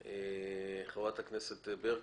חברת הכנסת ברקו,